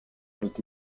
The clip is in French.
avaient